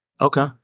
Okay